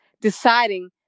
deciding